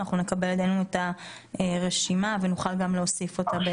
נקבל לידינו את הרשימה ונוכל גם להוסיף אותם.